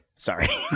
Sorry